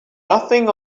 nothing